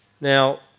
Now